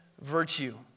virtue